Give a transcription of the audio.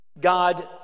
God